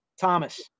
Thomas